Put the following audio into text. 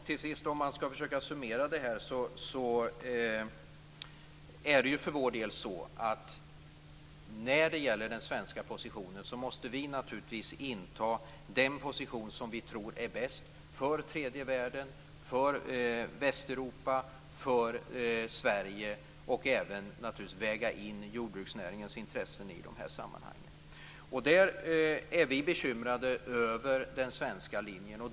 Fru talman! Jag skall försöka summera det här. När det gäller den svenska positionen måste vi naturligtvis inta den position som vi tror är bäst för tredje världen, för Västeuropa och för Sverige. Och vi måste naturligtvis även väga in jordbruksnäringens intressen i dessa sammanhang. Vi är bekymrade över den svenska linjen.